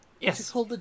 Yes